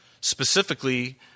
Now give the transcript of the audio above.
Specifically